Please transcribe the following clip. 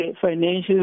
financial